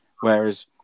Whereas